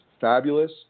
fabulous